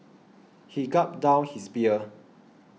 he gulped down his beer